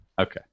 Okay